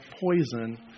poison